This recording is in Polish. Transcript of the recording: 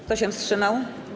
Kto się wstrzymał?